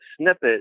snippet